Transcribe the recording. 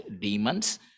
demons